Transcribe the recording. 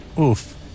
Oof